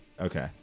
Okay